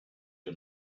que